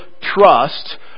trust